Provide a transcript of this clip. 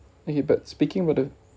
okay but speaking about the